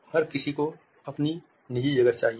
हर किसी को अपनी निजी जगह चाहिए